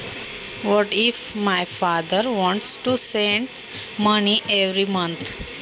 माझ्या वडिलांना प्रत्येक महिन्याला पैसे पाठवायचे असतील तर काय करावे?